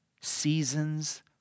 seasons